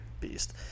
Beast